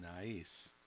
Nice